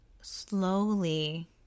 slowly